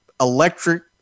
electric